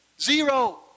Zero